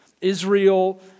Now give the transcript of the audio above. Israel